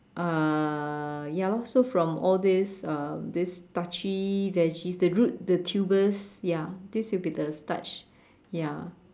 uh ya lor so from all this uh this starchy veggies the root the tubers ya this will be the starch ya